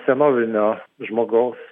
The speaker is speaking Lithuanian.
senovinio žmogaus